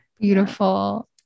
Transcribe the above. Beautiful